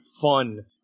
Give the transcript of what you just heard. fun